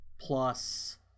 plus